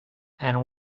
and